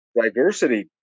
diversity